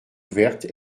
ouverte